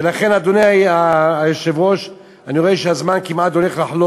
ולכן, אדוני היושב-ראש, אני רואה שהזמן כמעט חלף,